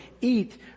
eat